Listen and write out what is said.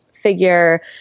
Figure